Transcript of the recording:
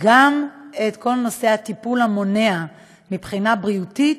גם את כל נושא הטיפול המונע מבחינה בריאותית.